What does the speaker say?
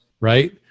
right